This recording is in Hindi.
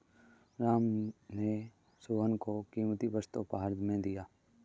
राम ने सोहन को कीमती वस्तु उपहार में दिया